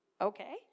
Okay